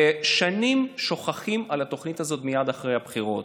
ושנים שוכחים את התוכנית הזאת מייד אחרי הבחירות.